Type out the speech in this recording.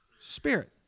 Spirit